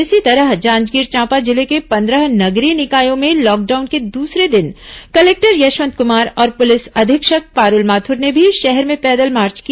इसी तरह जांजगीर चांपा जिले के पंद्रह नगरीय निकायों में लॉकडाउन के दूसरे दिन कलेक्टर यशवंत कुमार और पुलिस अधीक्षक पारूल माथुर ने भी शहर में पैदल मार्च किया